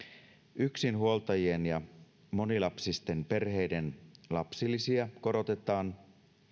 yksinhuoltajien ja monilapsisten perheiden lapsilisiä korotetaan